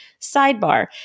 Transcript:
Sidebar